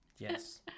Yes